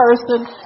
person